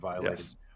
yes